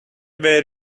where